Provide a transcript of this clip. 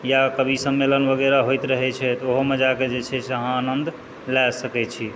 या कवि सम्मलेन वगैरह होइत रहै छै तऽ ओहोमे जा कऽ जे छै अहाँ आनन्द लए सकै छी